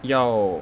要